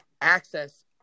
access